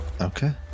Okay